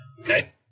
Okay